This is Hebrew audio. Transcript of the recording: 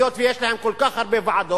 היות שיש להם כל כך הרבה ועדות,